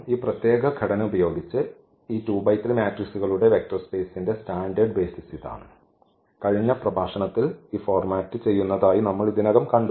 ഈ പ്രത്യേക ഘടന ഉപയോഗിച്ച് ഈ മെട്രിക്സുകളുടെ ഈ വെക്റ്റർ സ്പെയ്സിന്റെ സ്റ്റാൻഡേർഡ് ബെയ്സിസ് ഇതാണ് കഴിഞ്ഞ പ്രഭാഷണത്തിൽ ഈ ഫോർമാറ്റ് ചെയ്യുന്നതായി നമ്മൾ ഇതിനകം കണ്ടു